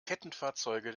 kettenfahrzeuge